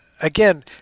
again